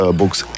books